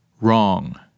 Wrong